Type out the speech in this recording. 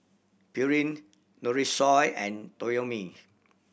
Pureen Nutrisoy and Toyomi